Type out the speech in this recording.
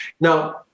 Now